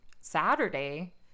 Saturday